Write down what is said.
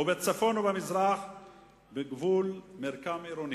ובצפון ובמזרח בגבול מרקם עירוני,